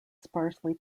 sparsely